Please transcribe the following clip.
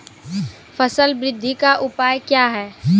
फसल बृद्धि का उपाय क्या हैं?